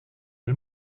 del